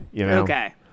Okay